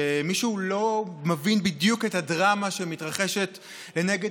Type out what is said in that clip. שמישהו לא מבין בדיוק את הדרמה שמתרחשת לנגד